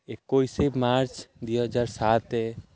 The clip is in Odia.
ଏକୋଇଶ ମାର୍ଚ୍ଚ୍ ଦୁଇ ହଜାର ସାତ